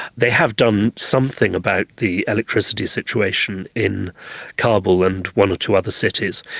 they have done something about the electricity situation in kabul and one or two other cities.